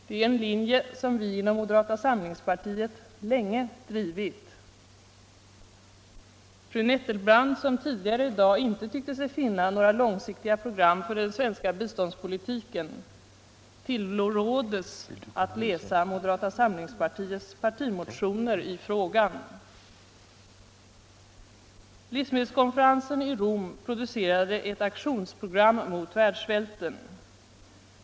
Det är en linje som vi inom moderata samlingspartiet länge drivit. Fru Nettelbrandt, som tidigare i dag inte tyckte sig finna några långsiktiga program för den svenska biståndspolitiken, tillrådes läsa moderata samlingspartiets partimotioner i frågan. Livsmedelskonferensen i Rom producerade ett aktionsprogram mot världssvälten.